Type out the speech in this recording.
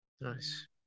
Nice